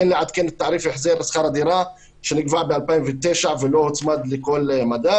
את תעריף החזר שכר הדירה שנקבע ב-2009 ולא הוצמד לכל מדד.